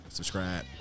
Subscribe